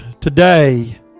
today